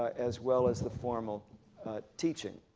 as well as the formal teaching.